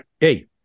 Hey